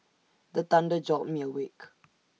the thunder jolt me awake